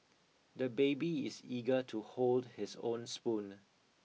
the baby is eager to hold his own spoon